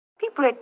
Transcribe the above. People